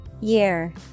Year